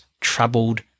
troubled